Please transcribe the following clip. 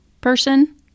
person